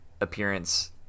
appearance